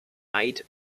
eid